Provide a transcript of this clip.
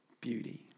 beauty